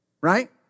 Right